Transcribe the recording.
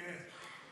כן.